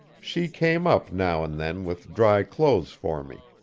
she came up, now and then, with dry clothes for me.